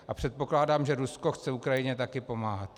A předpokládám, že Rusko chce Ukrajině také pomáhat.